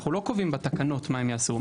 אנחנו לא קובעים בתקנות מה הם יעשו.